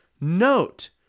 note